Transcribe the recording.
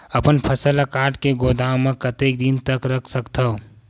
अपन फसल ल काट के गोदाम म कतेक दिन तक रख सकथव?